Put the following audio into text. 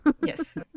yes